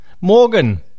Morgan